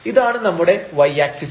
ഇതാണ് നമ്മുടെ y axis